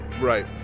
Right